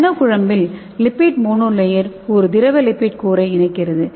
நானோ குழம்பில் lipid monolayer ஒரு திரவ லிப்பிட் கோரை இணைக்கிறது